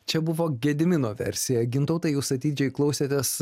čia buvo gedimino versija gintautai jūs atidžiai klausėtės